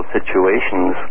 situations